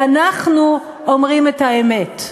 ואנחנו אומרים את האמת.